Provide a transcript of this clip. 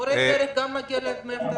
למה אני מכוון.